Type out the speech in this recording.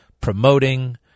promoting